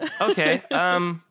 Okay